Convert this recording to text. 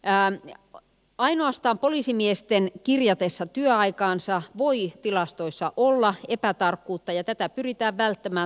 äänite on ainoastaan poliisimiesten kirjatessa työaikaansah puihtilastoissa olla epätarkkuutta ja tätä pyritään välttämään